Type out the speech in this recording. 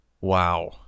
wow